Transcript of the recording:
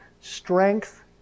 strength